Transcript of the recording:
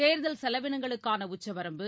தேர்தல் செலவினங்களுக்கானஉச்சவரம்பு